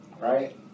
Right